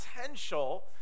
potential